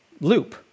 Loop